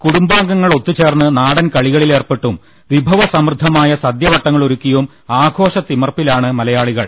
കുടുംബാംഗങ്ങൾ ഒത്തു ചേർന്ന് നാടൻ കളികളിലേർപെട്ടും വിഭസമൃദ്ധമായ സദ്യവ ട്ടങ്ങളൊരുക്കിയും ആഘോഷത്തിമർപ്പിലാണ് മലയാളികൾ